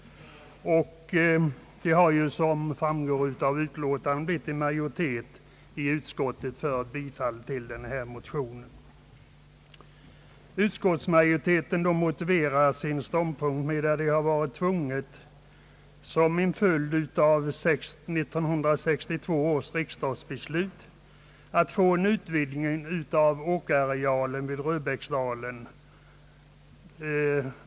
Som framgår av utlåtandet har det blivit majoritet i utskottet för bifall till denna motion. Utskottsmajoriteten motiverar sin ståndpunkt med att det som en följd av 1962 års riksdagsbeslut blivit nödvändigt att utvidga åkerarealen vid Röbäcksdalen.